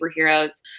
superheroes